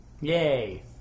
Yay